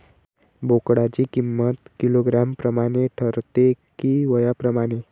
बोकडाची किंमत किलोग्रॅम प्रमाणे ठरते कि वयाप्रमाणे?